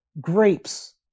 grapes